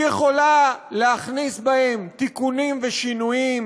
והיא יכולה להכניס בהן תיקונים ושינויים